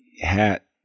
hat